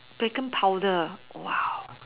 beacon powder